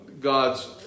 God's